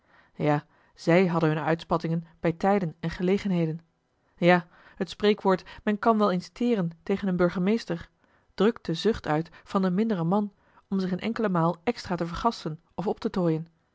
ja zij hadden hunne uitspattingen bij tijden en gelegenheden ja het spreekwoord men kan wel eens teren tegen een burgemeester drukt de zucht uit van den minderen man om zich een enkele maal extra te vergasten of op te tooien